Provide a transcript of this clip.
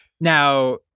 Now